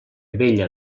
vella